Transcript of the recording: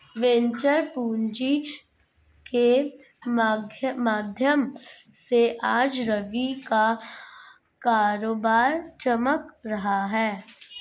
venture पूँजी के माध्यम से आज रवि का कारोबार चमक रहा है